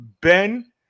Ben